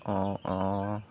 অ' অ'